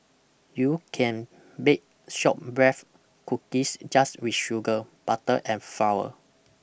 you can bake shortbreads cookies just with sugar butter and flour